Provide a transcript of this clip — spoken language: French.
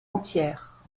entière